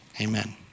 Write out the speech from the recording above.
Amen